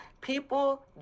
People